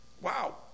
wow